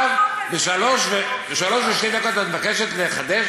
עכשיו ב-03:02 את מבקשת לחדש